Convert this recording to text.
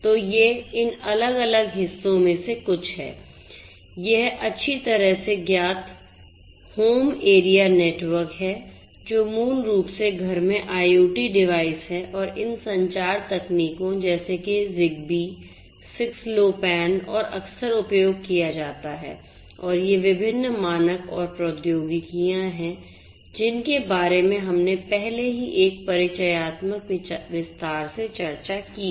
तो ये इन अलग अलग हिस्सों में से कुछ हैं यह अच्छी तरह से ज्ञात होम एरिया नेटवर्क है जो मूल रूप से घर में IoT डिवाइस है और इन संचार तकनीकों जैसे कि Zigbee 6LowPan और अक्सर उपयोग किया जाता है और ये विभिन्न मानक और प्रौद्योगिकियां हैं जिनके बारे में हमने पहले ही एक परिचयात्मक विस्तार से चर्चा की है